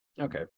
Okay